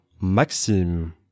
Maxime